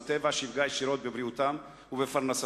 טבע שיפגע ישירות בבריאותם ובפרנסתם.